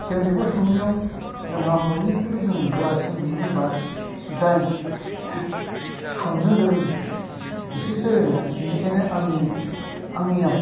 जों बेखौ संनायाव जोंहा बयनिख्रुयबो जों गोरासिन मानो होनब्ला जाय संनो गोरों बिसोरसो रोङो बेनिखायनो आंनि आंनियाव